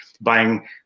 buying